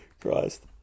Christ